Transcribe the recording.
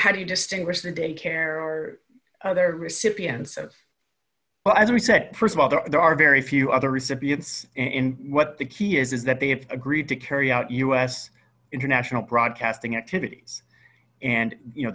how do you distinguish the daycare or other recipients of well as we said st of all there are very few other recipients in what the key is is that they have agreed to carry out u s international broadcasting activities and you know